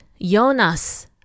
Jonas